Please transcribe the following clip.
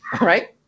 Right